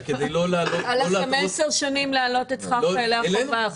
היו לכם 10 שנים להעלות את שכר חיילי החובה.